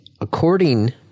According